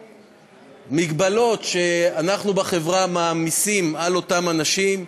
ולמגבלות שאנחנו בחברה מעמיסים על אותם אנשים,